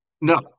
no